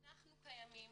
אנחנו קיימים.